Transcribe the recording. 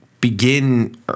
begin